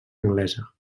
anglesa